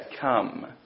come